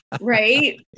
right